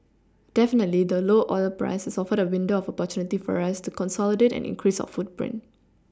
definitely the low oil price has offered a window of opportunity for us to consolidate and increase our footprint